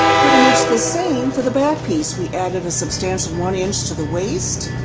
pretty much the same for the back piece, we added a substantial one-inch to the waist